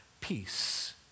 peace